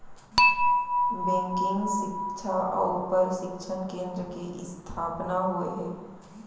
banking सिक्छा अउ परसिक्छन केन्द्र के इस्थापना होय हे